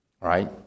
right